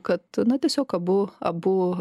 kad na tiesiog abu abu